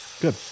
good